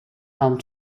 home